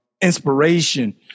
inspiration